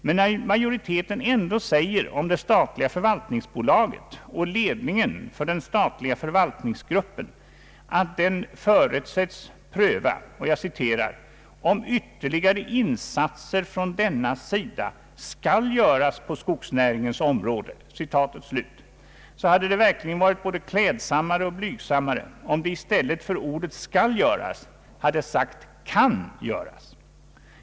Men när majoriteten ändå säger om det statliga förvaltningsbolaget och ledningen för den statliga förvaltningsgruppen, att den förutsätts pröva »om ytterligare insatser från dennas sida skall göras på skogsnäringens område», så hade det verkligen varit både klädsammare och blygsammare, om den i stället för »skall» göras hade sagt »kan» göras.